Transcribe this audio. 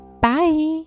Bye